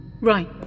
Right